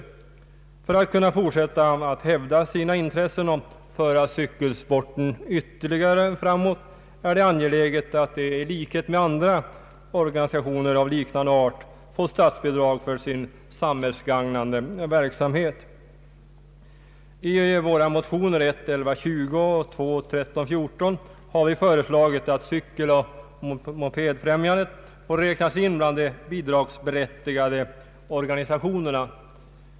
För att CMF skall kunna fortsätta att hävda sina intressen och föra cykelsporten ytterligare framåt är det angeläget att denna organisation i likhet med andra av samma art får statsbidrag för sin samhällsgagnande verksamhet. I våra motioner I:1120 och II:1314 har vi föreslagit att Cykeloch mopedfrämjandet skall få räknas in bland de bidragsberättigade organisationerna.